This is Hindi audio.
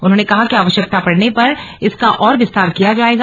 उन्होंने कहा कि आवश्यकता पड़ने पर इसका और विस्तार किया जायेगा